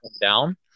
down